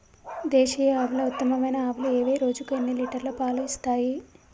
దేశీయ ఆవుల ఉత్తమమైన ఆవులు ఏవి? రోజుకు ఎన్ని లీటర్ల పాలు ఇస్తాయి?